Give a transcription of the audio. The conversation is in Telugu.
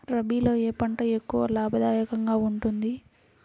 రబీలో ఏ పంట ఎక్కువ లాభదాయకంగా ఉంటుంది?